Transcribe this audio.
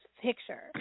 Picture